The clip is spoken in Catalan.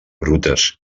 brutes